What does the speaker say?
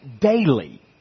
daily